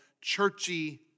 churchy